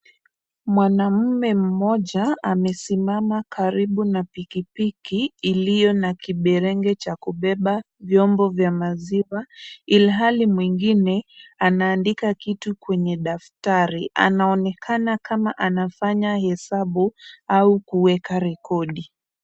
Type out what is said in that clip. Mwanamume amesimama karibu na pikipiki iliyo na kiberenge cha kubeba vyombo vya maziwa ilhali mwingine anaandika kitu kwenye daftari, anaonekana kama anafanya hesabu au kuweka rekodi.